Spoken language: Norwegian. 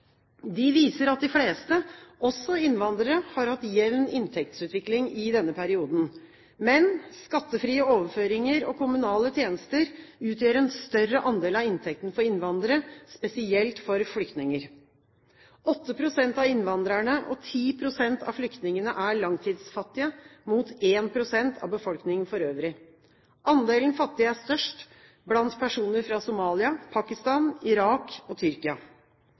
de fleste, også innvandrere, har hatt jevn inntektsutvikling i denne perioden. Men skattefrie overføringer og kommunale tjenester utgjør en større andel av inntekten for innvandrere, spesielt for flyktninger. 8 pst. av innvandrerne og 10 pst. av flyktningene er langtidsfattige, mot 1 pst. av befolkningen for øvrig. Andelen fattige er størst blant personer fra Somalia, Pakistan, Irak og Tyrkia.